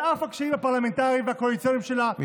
על אף הקשיים הפרלמנטריים והקואליציוניים שלה,